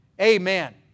Amen